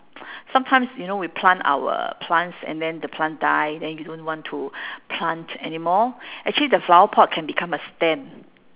sometimes you know we plant our plants and then the plant die then you don't want to plant anymore actually the flower pot can become a stand